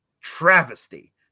travesty